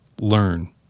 Learn